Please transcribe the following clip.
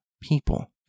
people